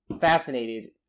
fascinated